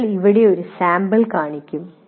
ഞങ്ങൾ ഇവിടെ ഒരു സാമ്പിൾ കാണിക്കും